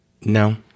no